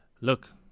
look